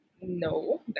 no